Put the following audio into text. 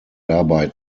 dabei